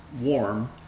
warm